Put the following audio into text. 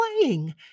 playing